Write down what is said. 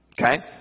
okay